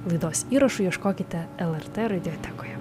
laidos įrašų ieškokite lrt radiotekoje